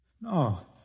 No